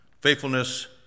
faithfulness